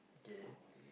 okay